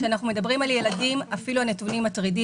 כשאנחנו מדברים על הילדים הנתונים אפילו מטרידים יותר.